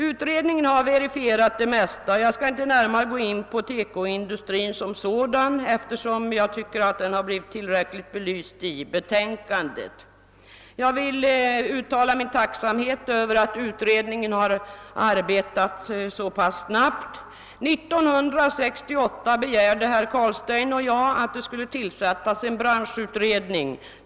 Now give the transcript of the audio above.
Utredningen har verifierat det mesta av våra påståenden, och jag skall inte närmare gå in på TEKO-industrin som sådan, eftersom den enligt min mening blivit tillräckligt belyst i betänkandet. Jag vill uttala min tacksamhet över att utredningen har arbetat så snabbt. år 1968 begärde herr Carlstein och jag att en branschutredning skulle tillsättas.